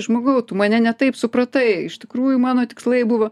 žmogau tu mane ne taip supratai iš tikrųjų mano tikslai buvo